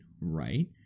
right